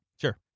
Sure